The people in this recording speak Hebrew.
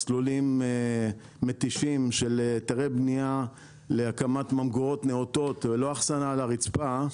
מסלולים מתישים של היתרי בניה להקמת ממגורות נאותות ולא אחסנה על הרצפה,